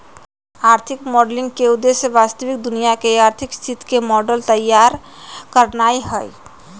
आर्थिक मॉडलिंग के उद्देश्य वास्तविक दुनिया के आर्थिक स्थिति के मॉडल तइयार करनाइ हइ